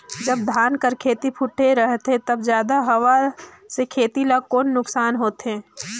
जब धान कर खेती फुटथे रहथे तब जादा हवा से खेती ला कौन नुकसान होथे?